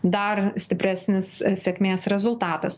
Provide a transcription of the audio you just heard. dar stipresnis sėkmės rezultatas